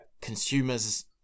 Consumers